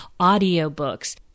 audiobooks